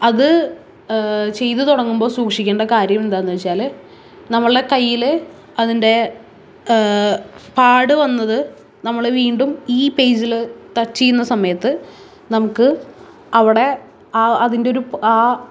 അത് ചെയ്ത് തുടങ്ങുമ്പോൾ സൂക്ഷിക്കേണ്ട കാര്യവെന്താന്ന് വെച്ചാല് അത് നമ്മളുടെ കയ്യില് അതിന്റെ പാടുവന്നത് നമ്മള് വീണ്ടും ഈ പേജില് ടച്ച് ചെയ്യുന്ന സമയത്ത് നമുക്ക് അവിടെ അ അതിന്റെ ഒരു ആ